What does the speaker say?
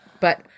but-